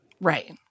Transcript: Right